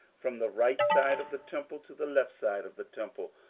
from the right side of the temple to the left side of the temple,